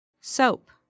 Soap